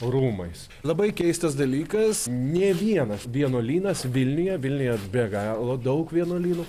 rūmais labai keistas dalykas nė vienas vienuolynas vilniuje vilniuje be galo daug vienuolynų